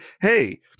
hey